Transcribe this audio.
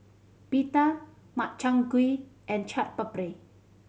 Pita Makchang Gui and Chaat Papri